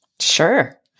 sure